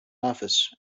office